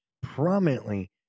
prominently